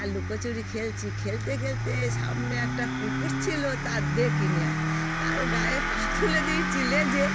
আর লুকোচুরি খেলছি খেলতে খেলতে সামনে একটা কুকুর ছিলো তার দেখিনি আর তার গায়ে পা তুলে দিয়েছি লেজে